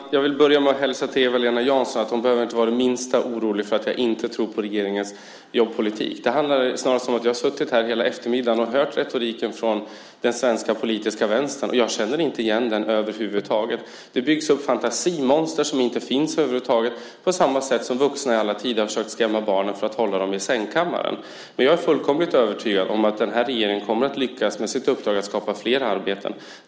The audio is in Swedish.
Fru talman! Jag vill börja med att hälsa till Eva-Lena Jansson att hon inte behöver vara det minsta orolig för att jag inte tror på regeringens jobbpolitik. Det handlar snarast om att jag har suttit här i kammaren hela eftermiddagen och hört retoriken från den svenska politiska vänstern, och jag känner inte igen verkligheten över huvud taget. Det byggs upp fantasimonster som inte alls finns. Det är på samma sätt som vuxna i alla tider har försökt att skrämma barnen för att hålla dem i sängkammaren. Jag är fullkomligt övertygad om att regeringen kommer att lyckas med sitt uppdrag att skapa flera arbeten.